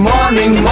Morning